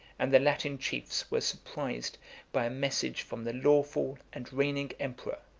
and the latin chiefs were surprised by a message from the lawful and reigning emperor,